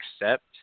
accept